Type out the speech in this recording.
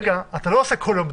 אתה לא עושה כל יום בדיקה.